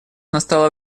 настало